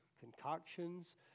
concoctions